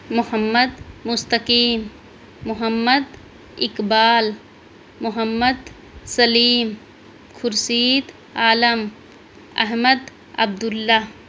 Muhammad Mustaqeem Muhammad Iqbal Muhammad Salim Khurshid Alam Ahmed Abdullah